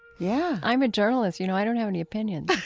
yeah i'm a journalist. you know i don't have any opinions